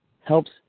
helps